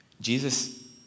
Jesus